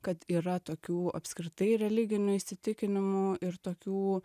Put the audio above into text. kad yra tokių apskritai religinių įsitikinimų ir tokių